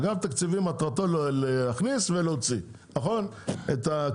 אגף התקציבים מטרתו להכניס ולהוציא את הכספים,